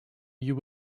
you